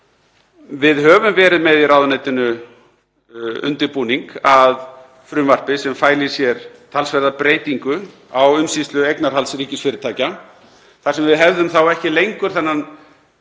höfum við verið með undirbúning að frumvarpi sem fæli í sér talsverða breytingu á umsýslu eignarhalds ríkisfyrirtækja þar sem við hefðum þá ekki lengur þennan